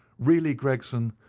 really, gregson,